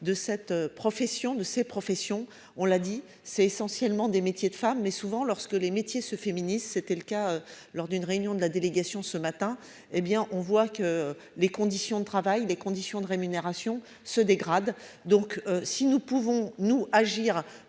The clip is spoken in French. de cette profession de ces professions. On l'a dit, c'est essentiellement des métiers de femmes mais souvent lorsque les métiers se féminisent. C'était le cas lors d'une réunion de la délégation ce matin hé bien on voit que les conditions de travail, les conditions de rémunération se dégrade. Donc si nous pouvons-nous agir